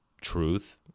truth